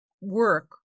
work